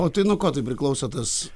o tai nuo ko tai priklauso tas